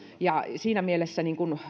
siinä mielessä